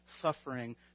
suffering